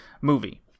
movie